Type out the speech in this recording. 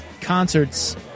concerts